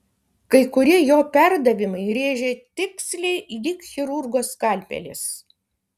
kai kurie jo perdavimai rėžė tiksliai lyg chirurgo skalpelis